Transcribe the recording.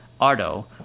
Ardo